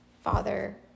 father